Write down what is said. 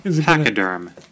Pachyderm